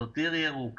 זאת עיר ירוקה,